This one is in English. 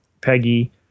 Peggy